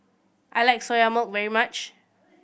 I like Soya Milk very much